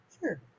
Sure